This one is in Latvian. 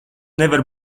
nevar